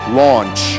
launch